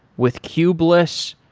with kubeless,